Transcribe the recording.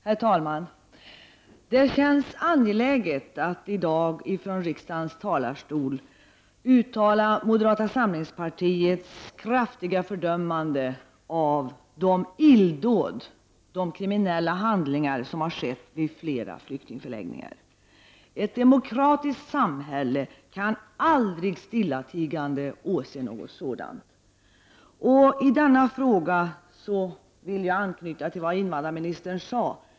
Herr talman! Det känns angeläget att från riksdagens talarstol i dag uttala moderata samlingspartiets kraftiga fördömande av de illdåd, de kriminella handlingar, som skett vid flera flyktingförläggningar. Ett demokratiskt samhälle kan aldrig stillatigande åse något sådant. I denna fråga vill jag anknyta till vad invandrarministern sade.